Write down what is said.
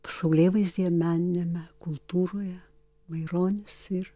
pasaulėvaizdyje meniniame kultūroje maironis ir